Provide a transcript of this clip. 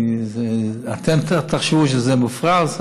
כי אתם תחשבו שזה מופרז,